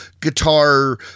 guitar